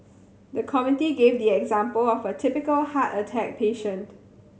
the committee gave the example of a typical heart attack patient